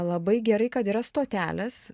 labai gerai kad yra stotelės